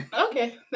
Okay